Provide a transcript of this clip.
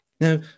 now